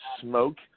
smoke